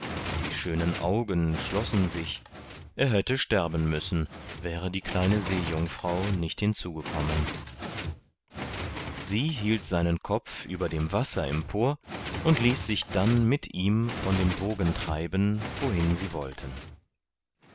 die schönen augen schlossen sich er hätte sterben müssen wäre die kleine seejungfrau nicht hinzugekommen sie hielt seinen kopf über dem wasser empor und ließ sich dann mit ihm von den wogen treiben wohin sie wollten